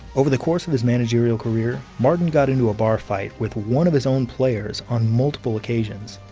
over the course of his managerial career, martin got into a bar fight with one of his own players on multiple occasions.